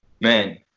man